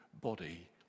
body